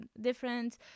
different